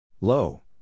Low